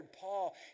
Paul